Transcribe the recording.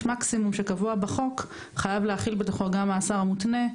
מקסימום שקבוע בחוק חייב להכיל בתוכו גם מאסר מותנה,